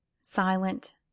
Silent